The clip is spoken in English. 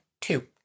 Two